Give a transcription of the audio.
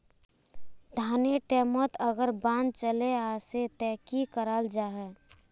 धानेर टैमोत अगर बान चले वसे ते की कराल जहा?